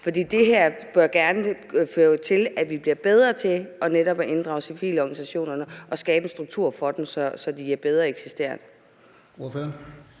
det her fører jo til, at vi bliver bedre til netop at inddrage civilorganisationerne og skabe en struktur for dem, så de bedre eksisterer.